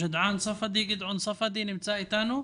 גדעאן ספדי נמצא אתנו,